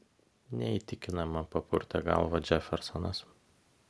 neįtikinama papurtė galvą džefersonas